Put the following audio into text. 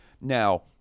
Now